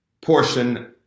portion